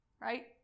Right